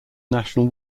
national